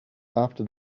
after